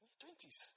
Twenties